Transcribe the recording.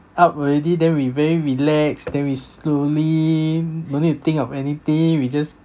up already then we very relax then we slowly no need to think of anything we just